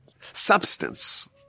substance